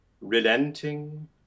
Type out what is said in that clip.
relenting